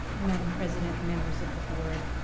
madam president, members of the board,